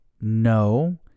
no